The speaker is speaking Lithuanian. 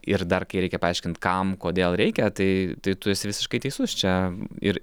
ir dar kai reikia paaiškint kam kodėl reikia tai tai tu esi visiškai teisus čia ir